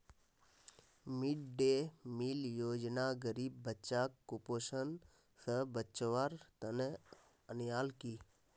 mid day meal योजना गरीब बच्चाक कुपोषण स बचव्वार तने अन्याल कि